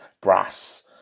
brass